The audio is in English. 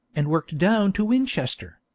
and worked down to winchester.